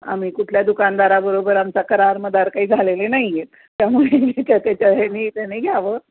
आम्ही कुठल्या दुकानदाराबरोबर आमचा करार मदार काही झालेले नाही आहेत त्यामुळे त्याच्या ह्याने त्याने घ्यावं